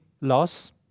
loss